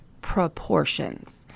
proportions